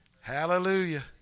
Hallelujah